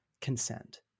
consent